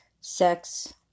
Sex